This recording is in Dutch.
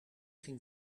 ging